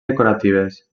decoratives